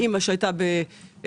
אימא שהייתה במוסד,